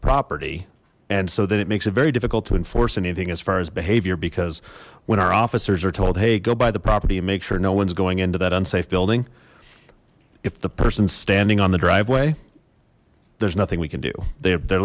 property and so then it makes it very difficult to enforce anything as far as behavior because when our officers are told hey go by the property and make sure no one's going into that unsafe building if the person's standing on the driveway there's nothing we can do they